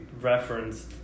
referenced